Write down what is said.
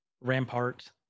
Rampart